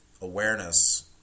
awareness